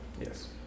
Yes